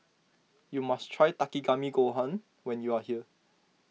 you must try Takikomi Gohan when you are here